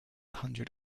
hundred